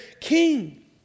king